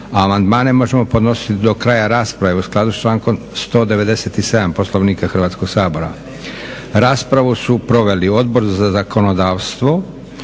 amandmane možemo podnositi do kraja rasprave u skladu s člankom 197. Poslovnika Hrvatskog sabora. Raspravu su proveli Odbor za zakonodavstvo,